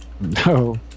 No